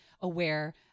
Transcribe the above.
aware